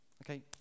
Okay